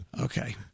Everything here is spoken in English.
Okay